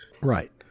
right